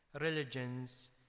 religions